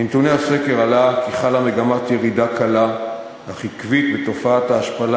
מנתוני הסקר עלה כי חלה מגמת ירידה קלה אך עקבית בתופעת ההשפלה